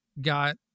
got